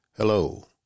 Hello